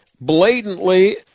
blatantly